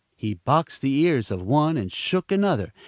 he boxed the ears of one and shook another,